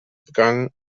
begangen